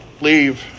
leave